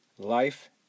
life